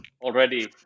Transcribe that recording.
Already